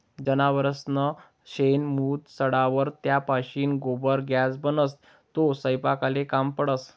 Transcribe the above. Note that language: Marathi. जनावरसनं शेण, मूत सडावर त्यापाशीन गोबर गॅस बनस, तो सयपाकले काम पडस